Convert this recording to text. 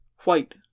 white